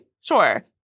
sure